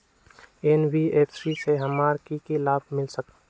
NBFC से हमार की की लाभ मिल सक?